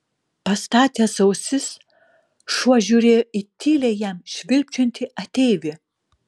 pastatęs ausis šuo žiūrėjo į tyliai jam švilpčiojantį ateivį